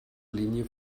linie